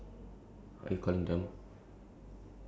then now must wait for instructions